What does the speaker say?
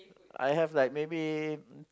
I have like maybe